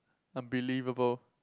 unbelievable